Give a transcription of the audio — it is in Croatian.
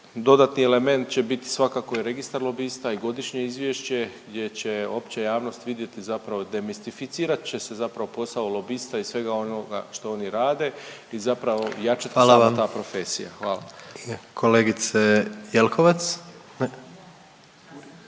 Dodatni element će biti svakako i registar lobista i godišnje izvješće gdje će opća javnost vidjeti zapravo, demistificirat će se zapravo posao lobista i svega onoga što oni rade i zapravo jačati se onda ta profesija. …/Upadica predsjednik: